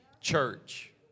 church